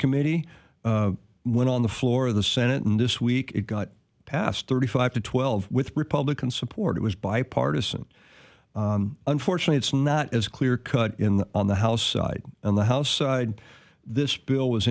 committee when on the floor of the senate and this week it got passed thirty five to twelve with republican support it was bipartisan unfortunately it's not as clear cut in the on the house side on the house side this bill was